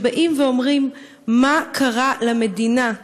שבאים ואומרים: מה קרה למדינה?